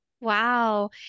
Wow